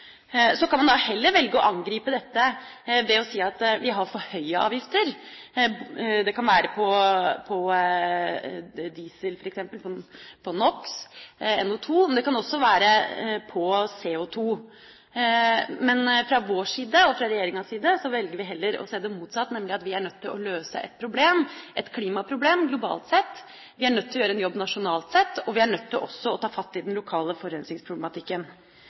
Så kan man heller velge å angripe dette ved å si at vi har for høye avgifter, f.eks. på diesel, på NOx, eller på NO2, men det kan også være på CO2. Fra vår side, og fra regjeringas side, velger vi heller å se det motsatt, nemlig at vi er nødt til å løse et klimaproblem globalt sett, vi er nødt til å gjøre en jobb nasjonalt sett, og vi er nødt til også å ta fatt i den lokale forurensningsproblematikken.